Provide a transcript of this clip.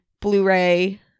Blu-ray